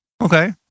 Okay